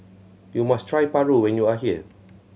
you must try paru when you are here